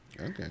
Okay